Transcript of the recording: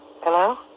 Hello